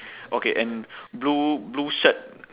okay and blue blue shirt